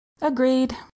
agreed